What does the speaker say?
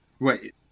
Wait